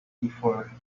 before